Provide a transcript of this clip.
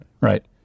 right